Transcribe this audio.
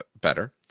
better